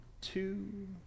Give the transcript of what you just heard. two